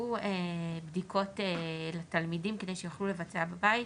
שחולקו בדיקות לתלמידים כדי שיוכלו לבצע בבית,